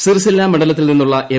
സിർസില്ല മണ്ഡ്ഡല്ത്തിൽ നിന്നുള്ള എം